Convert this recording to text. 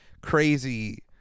crazy